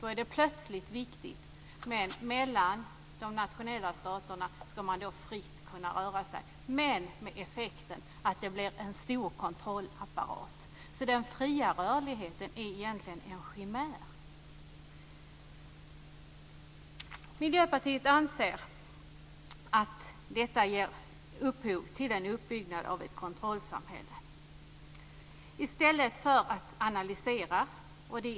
Då är detta plötsligt viktigt, men mellan de nationella staterna skall invånarna fritt kunna röra sig, men med en stor kontrollapparat som följd. Den fria rörligheten är alltså egentligen en chimär. Miljöpartiet anser att detta ger upphov till en uppbyggnad av ett kontrollsamhälle. Vi menar i stället att en ordentlig analys bör genomföras.